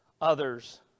others